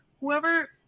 whoever